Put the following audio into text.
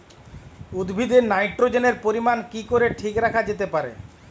উদ্ভিদে নাইট্রোজেনের পরিমাণ কি করে ঠিক রাখা যেতে পারে?